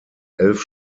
elf